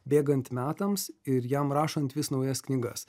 bėgant metams ir jam rašant vis naujas knygas